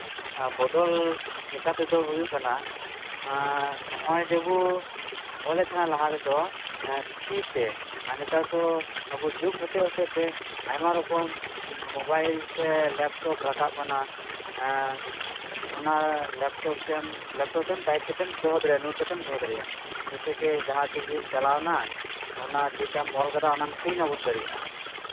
ᱵᱚᱫᱚᱞ ᱞᱮᱠᱟᱛᱮᱫᱚ ᱦᱩᱭᱩᱜ ᱠᱟᱱᱟ ᱟᱨ ᱱᱚᱜᱼᱚᱭ ᱡᱮᱵᱚᱱ ᱚᱞᱮᱫ ᱛᱟᱦᱮᱱ ᱞᱟᱦᱟ ᱛᱮᱫᱚ ᱛᱤᱛᱮ ᱟᱨ ᱱᱮᱛᱟᱨ ᱫᱚ ᱟᱵᱚ ᱡᱩᱜᱽ ᱦᱚᱛᱮᱡᱼᱦᱚᱛᱮᱡ ᱛᱮ ᱟᱭᱢᱟ ᱨᱚᱠᱚᱢ ᱩᱸᱜ ᱢᱳᱵᱟᱭᱤᱞ ᱥᱮ ᱞᱮᱯᱴᱚᱯ ᱨᱟᱠᱟᱯ ᱠᱟᱱᱟ ᱚᱱᱟ ᱞᱮᱯᱴᱚᱯ ᱛᱮᱢ ᱞᱮᱯᱴᱚᱯ ᱛᱮᱢ ᱴᱟᱭᱤᱯ ᱠᱟᱛᱮᱢ ᱫᱚᱦᱚ ᱫᱟᱲᱮᱭᱟᱜᱼᱟ ᱱᱳᱴ ᱠᱟᱛᱮᱢ ᱫᱚᱦᱚ ᱫᱟᱲᱮᱭᱟᱜᱼᱟ ᱡᱮᱭᱥᱮ ᱠᱮ ᱡᱟᱦᱟᱸᱛᱮᱜᱮᱢ ᱪᱟᱞᱟᱣᱱᱟ ᱚᱱᱟ ᱡᱮᱴᱟᱢ ᱚᱞ ᱠᱟᱫᱟ ᱚᱱᱟᱢ ᱯᱨᱤᱱᱴ ᱟᱣᱩᱴ ᱫᱟᱲᱮᱭᱟᱜᱼᱟ